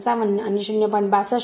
55 आणि 0